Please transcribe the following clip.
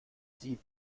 sie